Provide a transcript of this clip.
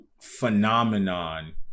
phenomenon